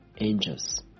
angels